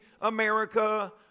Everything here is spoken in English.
America